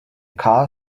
car